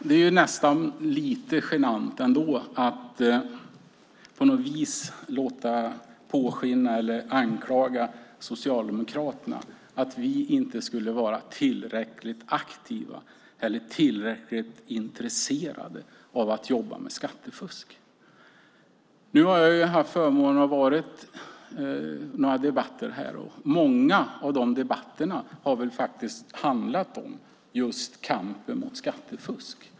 Fru talman! Det är nästan lite genant att anklaga Socialdemokraterna för att inte vara tillräckligt aktiva eller tillräckligt intresserade av att jobba mot skattefusk. Nu har jag haft förmånen att vara med i några debatter här, och många av de debatterna har handlat om just kampen mot skattefusk.